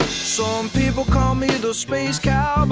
some people call me the space cowboy, um